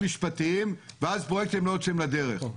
משפטיים ואז פרויקטים לא יוצאים לדרך.